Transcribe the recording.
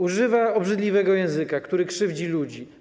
Używa obrzydliwego języka, który krzywdzi ludzi.